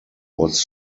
was